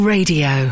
Radio